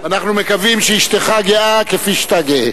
אנחנו מקווים שאשתך גאה כפי שאתה גאה.